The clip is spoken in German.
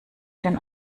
den